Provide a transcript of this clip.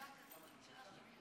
שלוש דקות לרשותך.